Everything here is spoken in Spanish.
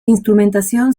instrumentación